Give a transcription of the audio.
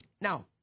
Now